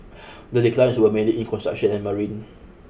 the declines were mainly in construction and marine